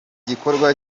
gikorwa